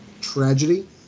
tragedy